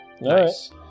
Nice